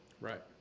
Right